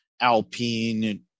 Alpine